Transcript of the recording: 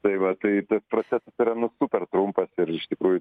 tai vat tai tas procesas yra nu super trumpas ir iš tikrųjų